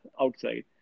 outside